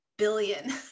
billion